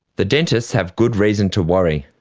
the dentists have good reason to worry.